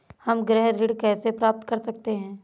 हम गृह ऋण कैसे प्राप्त कर सकते हैं?